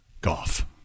Goff